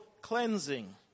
cleansing